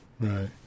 right